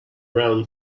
round